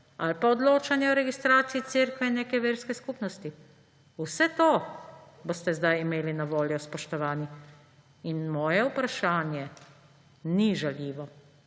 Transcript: Ali pa odločanje o registraciji cerkve neke verske skupnosti. Vse to boste zdaj imeli na voljo, spoštovani. In moje vprašanje ni žaljivo.